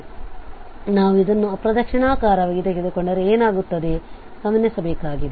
ಆದ್ದರಿಂದ ನಾವು ಇದನ್ನು ಅಪ್ರದಕ್ಷಿಣಾಕಾರವಾಗಿ ತೆಗೆದುಕೊಂಡರೆ ಏನಾಗುತ್ತದೆ ಗಮನಿಸಬೇಕಾಗಿದೆ